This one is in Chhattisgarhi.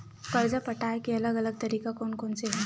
कर्जा पटाये के अलग अलग तरीका कोन कोन से हे?